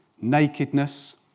nakedness